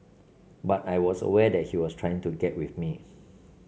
but I was aware that he was trying to get with me